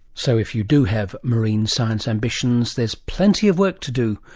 so if you do have marine science ambitions, there's plenty of work to do.